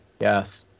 Yes